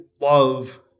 love